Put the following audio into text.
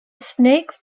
snake